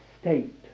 state